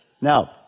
Now